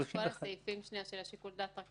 שיסביר את כל הסעיפים של שיקול הדעת.